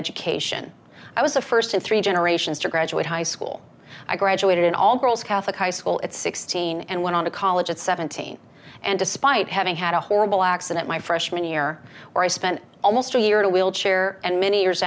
education i was the first in three generations to graduate high school i graduated an all girls catholic high school at sixteen and went on to college at seventeen and despite having had a horrible accident my freshman year where i spent almost a year in a wheelchair and many years